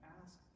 ask